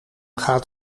gaat